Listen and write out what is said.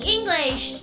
English